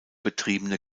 betriebene